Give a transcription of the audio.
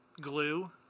glue